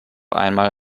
einmal